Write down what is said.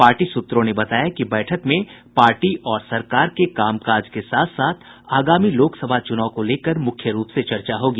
party सूत्रों ने बताया कि बैठक में पार्टी और सरकार के कामकाज के साथ साथ आगामी लोकसभा चुनाव को लेकर मुख्य रूप से चर्चा होगी